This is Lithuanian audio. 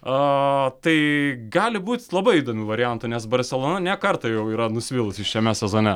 a tai gali būti labai įdomių variantų nes barselona kartą jau yra nusvilusi šiame sezone